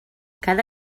cada